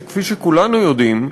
שכפי שכולנו יודעים,